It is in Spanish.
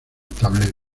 tablero